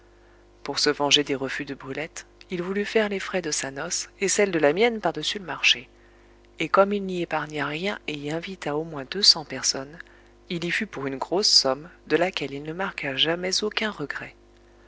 pour se venger des refus de brulette il voulut faire les frais de sa noce et celle de la mienne par-dessus le marché et comme il n'y épargna rien et y invita au moins deux cents personnes il y fut pour une grosse somme de laquelle il ne marqua jamais aucun regret